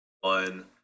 one